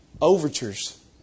overtures